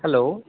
hello